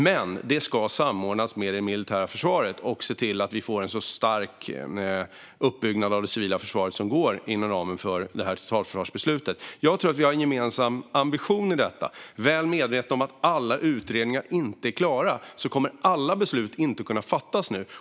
Men det ska samordnas med det militära försvaret, så att vi får en så stark uppbyggnad av det civila försvaret som går inom ramen för totalförsvarsbeslutet. Jag tror att vi har en gemensam ambition i detta. Väl medveten om att alla utredningar inte är klara kommer inte alla beslut att kunna fattas nu.